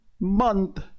month